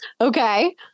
Okay